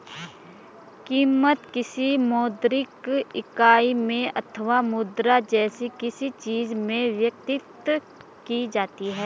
कीमत, किसी मौद्रिक इकाई में अथवा मुद्रा जैसी किसी चीज में व्यक्त की जाती है